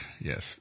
yes